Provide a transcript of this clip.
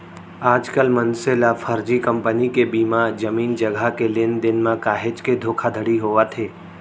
आजकल मनसे ल फरजी कंपनी के बीमा, जमीन जघा के लेन देन म काहेच के धोखाघड़ी होवत हे